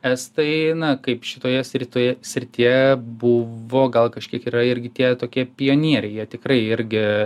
estai na kaip šitoje sritoje srityje buvo gal kažkiek yra ir tie tokie pionieriai jie tikrai irgi